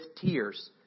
tears